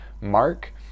Mark